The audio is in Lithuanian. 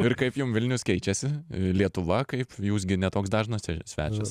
ir kaip jum vilnius keičiasi i lietuva kaip jūs gi ne toks dažnas čia svečias